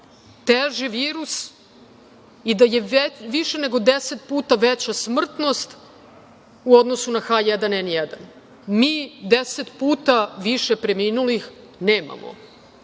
teži virus i da je više nego 10 puta veća smrtnost u odnosu na H1N1. Mi 10 puta više preminulih nemamo,